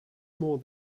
more